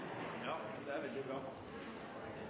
Ja, det er